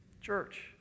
Church